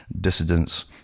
dissidents